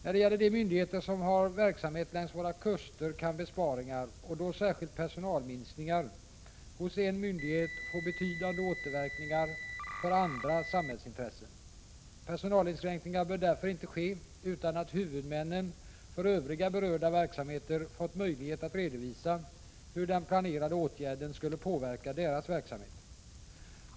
I fråga om de myndigheter som har verksamhet längs våra kuster kan besparingar — och då särskilt personalminskningar — hos en myndighet få betydande återverkningar för andra samhällsintressen. Personalinskränkningar bör därför inte ske utan att huvudmännen för övriga berörda verksamheter fått möjlighet att redovisa hur den planerade åtgärden skulle påverka deras verksamhet.